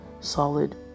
solid